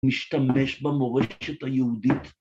משתמש במורשת היהודית